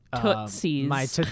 tootsies